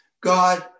God